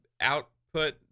output